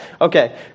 Okay